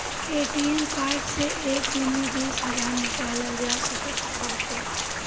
ATM card से एक दिन में बीस हजार निकालल जा सकत बाटे